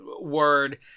word